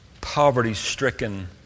poverty-stricken